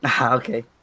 Okay